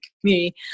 community